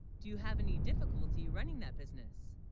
do you have any difficulty running that business